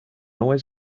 always